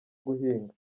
guhinga